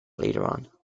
later